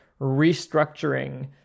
restructuring